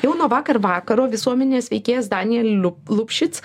jau nuo vakar vakaro visuomenės veikėjas daniel liu lupšits